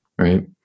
right